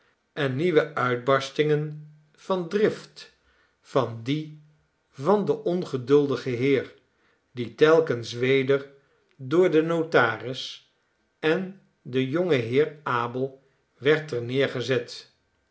en nieuwe uitbarstingen van drift van die van den ongeduldigen heer die telkens weder door den notaris en den jongen heer abel werd ter